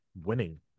winning